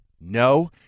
no